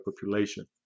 population